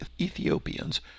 Ethiopians